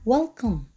Welcome